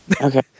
Okay